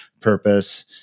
purpose